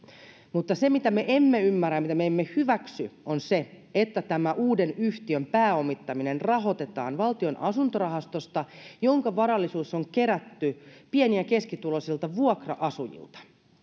mutta se mitä me emme ymmärrä ja mitä me emme hyväksy on se että tämä uuden yhtiön pääomittaminen rahoitetaan valtion asuntorahastosta jonka varallisuus on kerätty pieni ja keskituloisilta vuokra asujilta